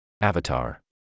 Avatar